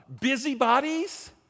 busybodies